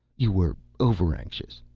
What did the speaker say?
you were overanxious.